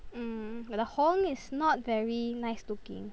mm the 红 is not very nice looking